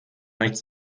nichts